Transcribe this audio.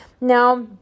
Now